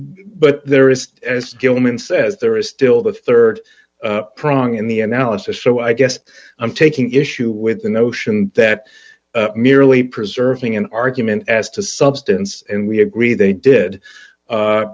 but there is gilman says there is still the rd prong in the analysis so i guess i'm taking issue with the notion that merely preserving an argument as to substance and we agree they did